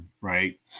right